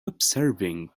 observing